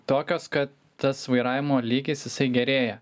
tokios kad tas vairavimo lygis jisai gerėja